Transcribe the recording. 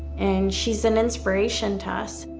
and she's an inspiration to us.